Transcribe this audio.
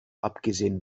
abgesehen